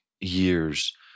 years